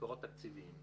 למקורות תקציביים.